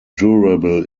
durable